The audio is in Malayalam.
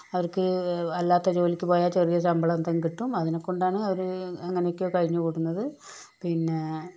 അവർക്ക് അല്ലാത്ത ജോലിക്ക് പോയാൽ ചെറിയ ശമ്പളം എന്തെങ്കിലും കിട്ടും അതിനെക്കൊണ്ടാണ് അവര് എങ്ങനെയൊക്കയോ കഴിഞ്ഞു കൂടുന്നത് പിന്നെ